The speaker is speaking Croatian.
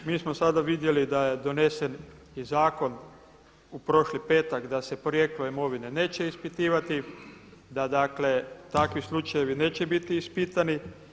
Mi smo sada vidjeli da je donesen i zakon u prošli petak da se porijeklo imovine neće ispitivati, da dakle takvi slučajevi neće biti ispitani.